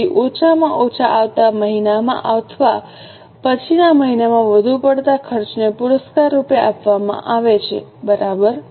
તેથી ઓછામાં ઓછા આવતા મહિનામાં અથવા પછીના સમયમાં વધુ પડતા ખર્ચને પુરસ્કાર રૂપે આપવામાં આવે છે બરાબર